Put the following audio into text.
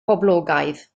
poblogaidd